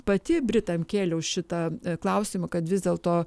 pati britam kėliau šitą klausimą kad vis dėlto